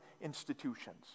institutions